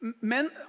men